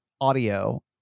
audio